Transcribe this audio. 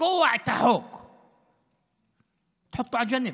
ההתיישבות הצעירה, הלאומיות,